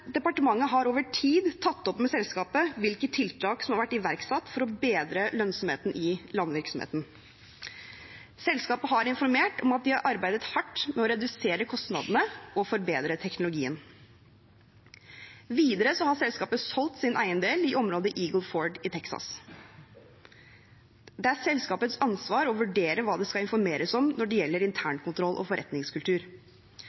Departementet har over tid tatt opp med selskapet hvilke tiltak som har vært iverksatt for å bedre lønnsomheten i landvirksomheten. Selskapet har informert om at de har arbeidet hardt med å redusere kostnadene og forbedre teknologien. Videre har selskapet solgt sin eiendel i området Eagle Ford i Texas. Det er selskapets ansvar å vurdere hva det skal informeres om når det gjelder